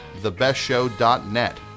thebestshow.net